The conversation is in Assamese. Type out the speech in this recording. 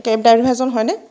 কেব ড্ৰাইভাৰজন হয়নে